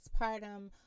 postpartum